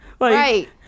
right